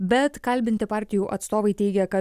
bet kalbinti partijų atstovai teigia kad